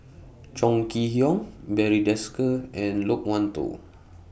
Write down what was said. Chong Kee Hiong Barry Desker and Loke Wan Tho